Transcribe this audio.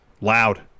Loud